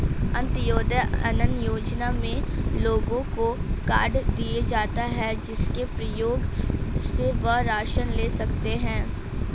अंत्योदय अन्न योजना में लोगों को कार्ड दिए जाता है, जिसके प्रयोग से वह राशन ले सकते है